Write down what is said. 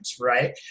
right